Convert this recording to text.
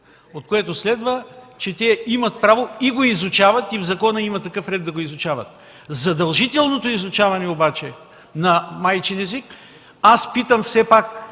От това следва, че те имат право и го изучават, и в закона има такъв ред да го изучават. За задължителното изучаване обаче на майчин език, все пак